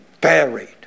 buried